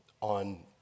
on